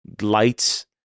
lights